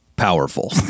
Powerful